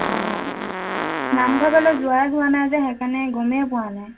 অঁ নামঘৰৰ ফালে যোৱাই হোৱা নাই যে সেইকাৰণে গমেই পোৱা নাই